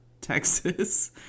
Texas